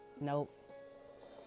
Nope